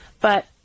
But-